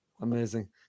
Amazing